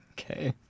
Okay